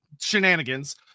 shenanigans